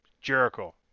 Jericho